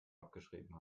abgeschrieben